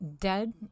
Dead